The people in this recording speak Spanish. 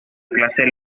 clase